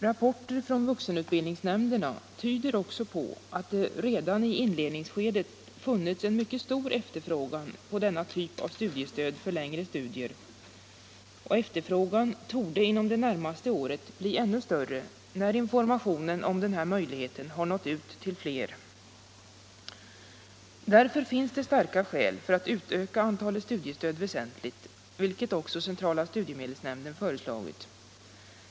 Rapporter från vuxenutbildningsnämnderna tyder också på att det redan i inledningsskedet funnits en mycket stor efterfrågan på denna typ av studiestöd för längre studier. Och efterfrågan torde inom det närmaste året bli ännu större, när informationen om den här möjligheten har nått ut till fler människor. Därför finns det starka skäl för att utöka antalet studiestöd väsentligt, vilket också centrala studiemedelsnämnden föreslagit.